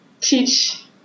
teach